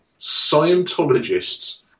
Scientologists